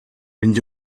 and